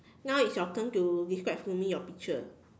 now is your turn to describe for me your picture